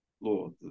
Lord